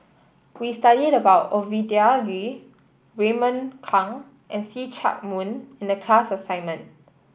we studied about Ovidia Yu Raymond Kang and See Chak Mun in the class assignment